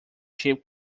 chip